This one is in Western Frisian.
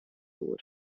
oer